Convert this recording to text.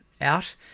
out